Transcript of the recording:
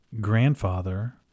grandfather